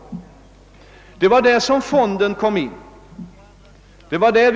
Det var där fonden kom in i bilden.